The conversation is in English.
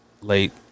late